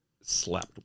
slept